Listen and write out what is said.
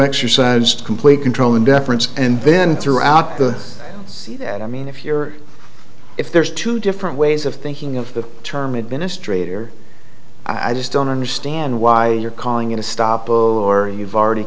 exercised complete control and deference and then throughout the city and i mean if you're if there's two different ways of thinking of the term administrator i just don't understand why you're calling it a stop or you've already